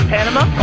Panama